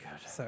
good